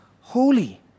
holy